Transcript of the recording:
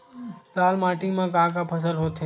लाल माटी म का का फसल होथे?